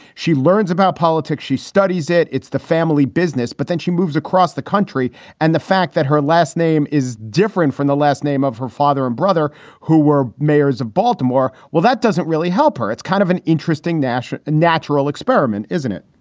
she learns about politics. she studies it. it's the family business. but then she moves across the country and the fact that her last name is different from the last name of her father and brother who were mayors of baltimore. well, that doesn't really help her. it's kind of an interesting national natural experiment, isn't it?